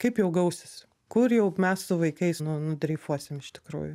kaip jau gausis kur jau mes su vaikais nu nudreifuosim iš tikrųjų